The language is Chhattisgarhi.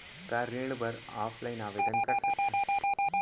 का ऋण बर ऑफलाइन आवेदन कर सकथन?